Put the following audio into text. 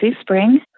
Spring